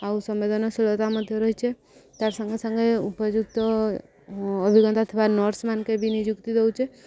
ଆଉ ସମ୍ୱେଦନଶୀଳତା ମଧ୍ୟ ରହିଚେ ତାର୍ ସାଙ୍ଗେ ସାଙ୍ଗେ ଉପଯୁକ୍ତ ଅଭିଜ୍ଞତା ଥିବା ନର୍ସମାନ୍କେ ବି ନିଯୁକ୍ତି ଦଉଚେ